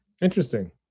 interesting